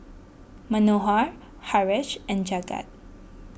Manohar Haresh and Jagat